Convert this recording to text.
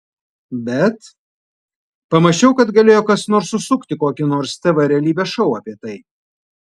bet pamąsčiau kad galėjo kas nors susukti kokį nors tv realybės šou apie tai